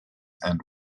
and